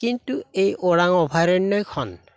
কিন্তু এই ওৰাং অভয়াৰণ্যখন